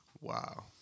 Wow